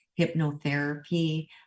hypnotherapy